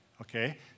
okay